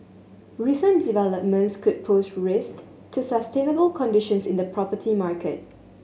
recent developments could pose risk to sustainable conditions in the property market